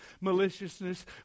maliciousness